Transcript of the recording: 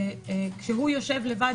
כשהוא יושב לבד,